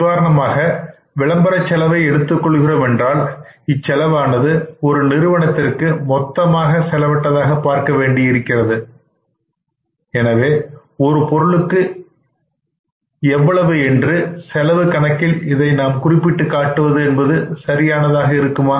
உதாரணமாக விளம்பரச் செலவை எடுத்துக் கொள்கிறோம் என்றால் இச்செலவானது ஒரு நிறுவனத்திற்கு மொத்தமாக செலவிட்டதாக பார்க்க வேண்டியிருக்கின்றது எனவே ஒரு பொருளுக்கு என்று செலவு கணக்கில் இதை நாம் குறிப்பிட்ட காட்டுவது என்பது சரியானதாக இருக்குமா